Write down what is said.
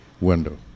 window